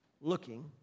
Looking